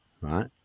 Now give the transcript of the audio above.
right